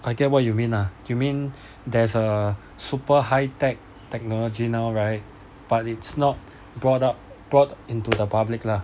I get what you mean lah you mean there's a super high tech technology now right but it's not brought up brought into the public lah